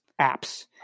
apps